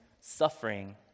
suffering